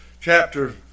chapter